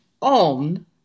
on